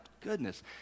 goodness